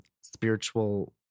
spiritual